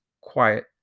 quiet